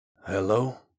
Hello